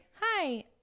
hi